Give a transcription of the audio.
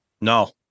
No